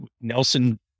Nelson